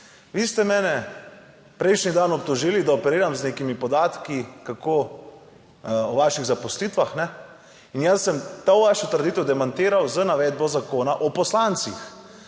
Vi ste mene prejšnji dan obtožili, da operiram z nekimi podatki, kako o vaših zaposlitvah in jaz sem to vašo trditev demantiral z navedbo Zakona o poslancih,